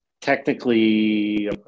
technically